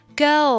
go